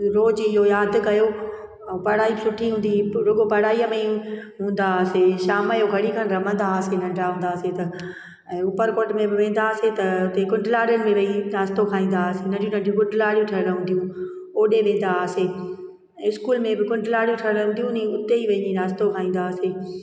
रोज़ु इहो यादि कयो ऐं पढ़ाई बि सुठी हूंदी हुई रुॻो पढ़ाईअ में हूंदा हुआसीं शाम जो घणी खनि रमंदा हुआसीं नंढिणा हूंदा हुआसीं त ऐं उपर कोट में बि वेंदा हुआसीं त हुते कुंडलाड़ियुनि में वेई नाश्तो खाईंदा हुआसीं नंढी नंढियूं कुटलाणियूं ठहियल हूंदियूं होॾे वेंदा हुआसीं ऐं स्कूल में बि कुंटलाणी ठहदियूं नी हुतेई वञी नाश्तो खाईंदा हुआसीं